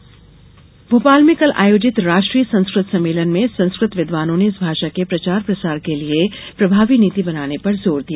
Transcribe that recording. संस्कृत सम्मेलन भोपाल में कल आयोजित राष्ट्रीय संस्कृत सम्मेलन में संस्कृत विदवानों ने इस भाषा के प्रचार प्रसार के लिए प्रभावी नीति बनाने पर जोर दिया